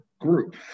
group